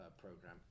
program